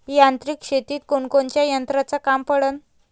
यांत्रिक शेतीत कोनकोनच्या यंत्राचं काम पडन?